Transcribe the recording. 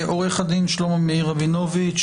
עורך הדין שלמה מאיר רבינוביץ',